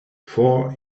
four